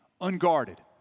unguarded